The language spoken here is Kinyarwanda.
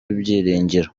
ibyiringiro